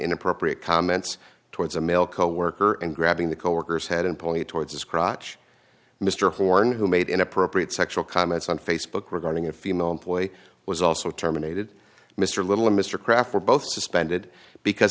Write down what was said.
inappropriate comments towards a male coworker and grabbing the coworkers head and pulled me towards his crotch mr horne who made inappropriate sexual comments on facebook regarding a female employee was also terminated mr little and mr kraft were both suspended because